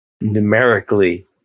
numerically